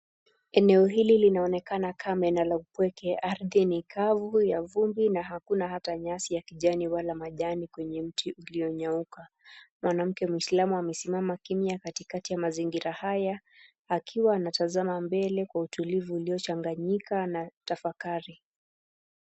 Eneo hili linaonekana kama eneo pweke, ardhi ni kavu ya vumbi na hakuna ata nyasi ya kijani wala majini kwenye mti ulionyauka. Mwanamke Muislam amesimama kimya katikati ya mazingira haya akiwa anatazama mbele kwa utulivu uliochanganyika na tafakari.